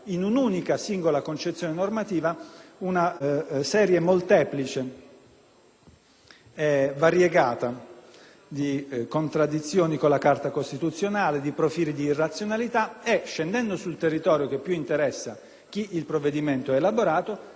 molteplice e variegata di contraddizioni con la Carta costituzionale, di profili di irrazionalità e, scendendo sul territorio che più interessa chi ha elaborato il provvedimento, di assoluta, radicale, sconfortante inutilità.